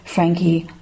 Frankie